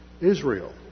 Israel